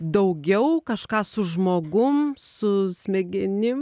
daugiau kažką su žmogum su smegenim